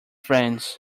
friends